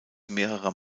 mehrerer